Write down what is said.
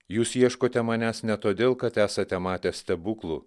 jūs ieškote manęs ne todėl kad esate matę stebuklų